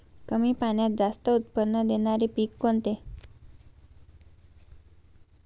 कमी पाण्यात जास्त उत्त्पन्न देणारे पीक कोणते?